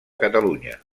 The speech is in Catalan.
catalunya